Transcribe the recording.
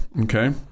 okay